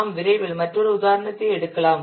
நாம் விரைவில் மற்றொரு உதாரணத்தை எடுக்கலாம்